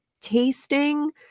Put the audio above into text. tasting